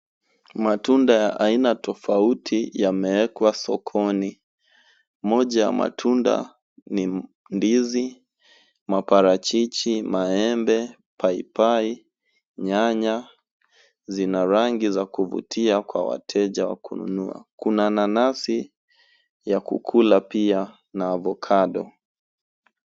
Matunda ya aina tofauti yameekwa sokoni. Moja ya matunda ni ndizi, maparachichi, maembe, papai na nyanya. Zina rangi ya kuvutia kwa wateja wa kununua. Kuna nanasi ya kukula pia na avocado .